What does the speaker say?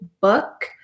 book